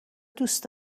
دوست